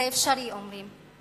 זה אפשרי, אומרים.